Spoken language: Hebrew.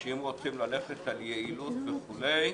שאם רוצים ללכת על יעילות וכו',